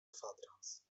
kwadrans